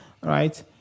Right